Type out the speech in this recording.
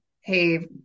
hey